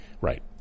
Right